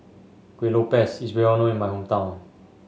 Kueh Lopes is well known in my hometown